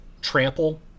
trample